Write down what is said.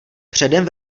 předem